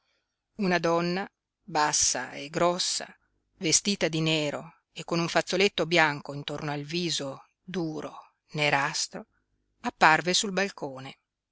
una donna bassa e grossa vestita di nero e con un fazzoletto bianco intorno al viso duro nerastro apparve sul balcone